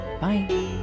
bye